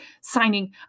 signing